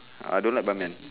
I don't like ban mian